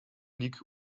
league